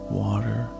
water